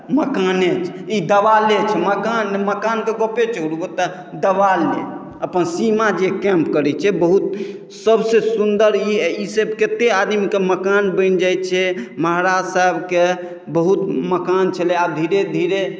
मकाने छै ई देवाल छै मकान नहि मकानके गपे छोरू ओतऽ देवाले अपन सीमा जे कैम्प करैत छै बहुत सबसे सुन्दर ई सब कते आदमीके मकान बनि जाइत छै महाराज सबके बहुत मकान छलै आब धीरे धीरे